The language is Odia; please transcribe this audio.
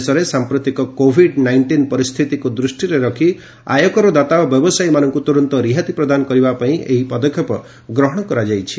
ଦେଶରେ ସାମ୍ପ୍ରତିକ କୋଭିଡ୍ ନାଇଷ୍ଟିନ୍ ପରିସ୍ଥିତିକୁ ଦୃଷ୍ଟିରେ ରଖି ଆୟକରଦାତା ଓ ବ୍ୟବସାୟୀମାନଙ୍କୁ ତୁରନ୍ତ ରିହାତି ପ୍ରଦାନ କରିବା ପାଇଁ ଏହି ପଦକ୍ଷେପ ନିଆଯାଇଛି